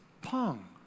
pong